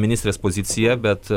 ministrės poziciją bet